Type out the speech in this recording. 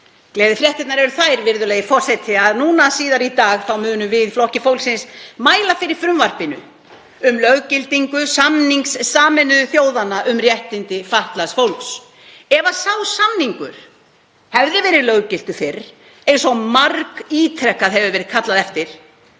Gleðifréttirnar eru þær, virðulegi forseti, að síðar í dag munum við í Flokki fólksins mæla fyrir frumvarpi um löggildingu samnings Sameinuðu þjóðanna um réttindi fatlaðs fólks. Ef sá samningur hefði verið löggiltur fyrr, eins og margítrekað hefur verið kallað eftir,